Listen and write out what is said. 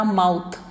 mouth